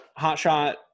hotshot